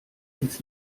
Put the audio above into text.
ins